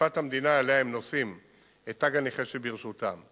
לשפת המדינה שאליה הם נוסעים את תג הנכה שברשותם.